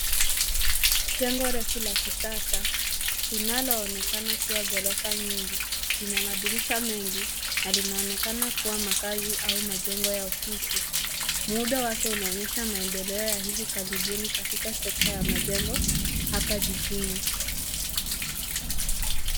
Jengo refu la kisasa, linaloonekana kuwa ghorofa nyingi, lina madirisha mengi na linaonekana kuwa makazi au majengo ya ofisi. Muundo wake unaonyesha maendeleo ya hivi karibuni katika sekta ya majengo hapa jijini.